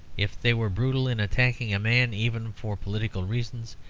if they were brutal in attacking a man, even for political reasons,